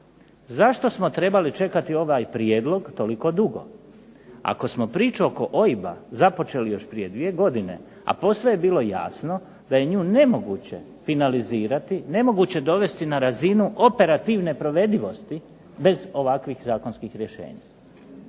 Zašto smo trebali čekati ovaj prijedlog toliko dugo ako smo priču oko OIB-a započeli još prije dvije godine, a posve je bilo jasno da je nju nemoguće finalizirati, nemoguće dovesti na razinu operativne provedivosti bez ovakvih zakonskih rješenja.